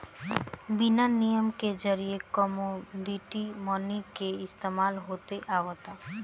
बिनिमय के जरिए कमोडिटी मनी के इस्तमाल होत आवता